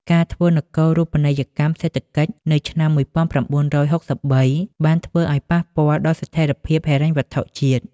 ការធ្វើនគររូបនីយកម្មសេដ្ឋកិច្ចនៅឆ្នាំ ១៩៦៣ បានធ្វើឱ្យប៉ះពាល់ដល់ស្ថិរភាពហិរញ្ញវត្ថុជាតិ។